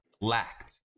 lacked